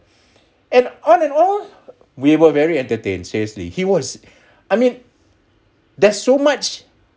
and on and all we were very entertained seriously he was I mean there's so much